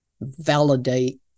validate